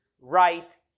right